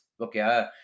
Okay